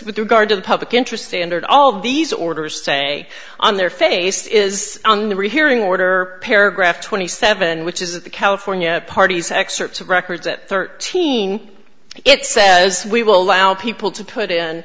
with regard to the public interest standard all of these orders say on their face is on the rehearing order paragraph twenty seven which is the california parties excerpts of records at thirteen it says we will allow people to put in